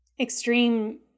extreme